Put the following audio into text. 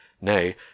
nay